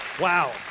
Wow